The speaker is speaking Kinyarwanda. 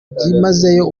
byimazeyo